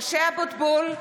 אבוטבול,